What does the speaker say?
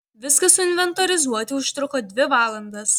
viską suinventorizuoti užtruko dvi valandas